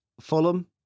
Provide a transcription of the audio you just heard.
Fulham